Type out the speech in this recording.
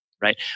right